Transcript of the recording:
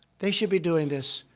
they should be doing this.